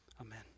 Amen